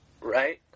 right